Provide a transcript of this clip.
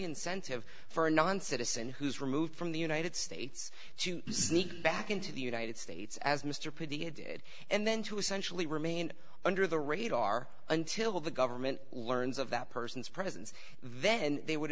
incentive for a non citizen who is removed from the united states to sneak back into the united states as mr pretty it did and then to essentially remain under the radar until the government learns of that person's presence then they would